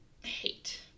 hate